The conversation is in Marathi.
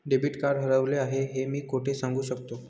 डेबिट कार्ड हरवले आहे हे मी कोठे सांगू शकतो?